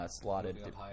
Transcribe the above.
Slotted